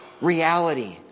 reality